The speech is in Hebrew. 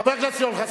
חבר הכנסת יואל חסון.